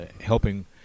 helping—